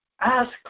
Ask